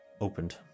Opened